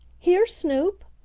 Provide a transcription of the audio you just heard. here, snoop,